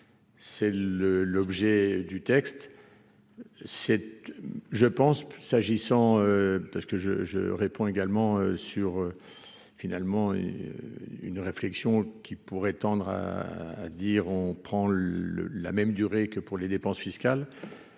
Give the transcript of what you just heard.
c'est le l'objet du texte cette je pense s'agissant parce que je, je réponds également sur finalement une réflexion qui pourrait tendre à dire : on prend le la même durée que pour les dépenses fiscales,